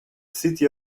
city